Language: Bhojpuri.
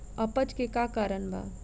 अपच के का कारण बा?